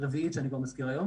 רביעית כבר שאני מזכיר היום,